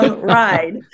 ride